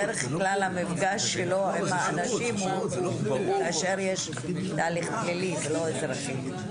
בדרך כלל המפגש שלו עם האנשים הוא כאשר יש תהליך פלילי ולא אזרחי.